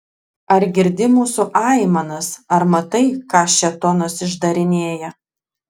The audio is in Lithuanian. ar girdi mūsų aimanas ar matai ką šėtonas išdarinėja